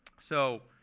so